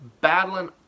battling